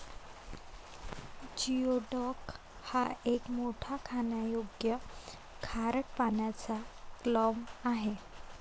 geoduck हा एक मोठा खाण्यायोग्य खारट पाण्याचा क्लॅम आहे